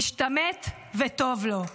משתמט וטוב לו".